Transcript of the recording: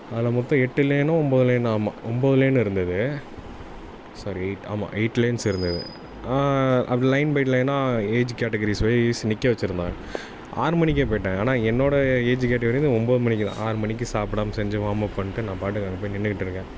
அதில் மொத்தம் எட்டு லேனோ ஒன்போது லேனோ ஆமாம் ஒன்போது லேன் இருந்தது சரி ஆமாம் எயிட் லேன்ஸ் இருந்தது அப்படி லேன் பை லேனாக ஏஜ் கேட்டகிரிஸ்வைஸ் நிற்க வெச்சுருந்தாங்க ஆறு மணிக்கே போயிட்டேன் ஆனால் என்னோடய ஏஜி கேட்டகிரி வந்து ஒன்போது மணிக்கு தான் ஆறு மணிக்கு சாப்புடாம செஞ்சி வார்ம் அப் பண்ணிட்டு நான் பாட்டுக்கு அங்கே போய் நின்றுக்கிட்ருக்கேன்